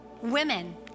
women